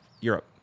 Europe